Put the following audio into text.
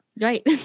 right